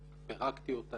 פירקתי אותה,